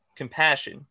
compassion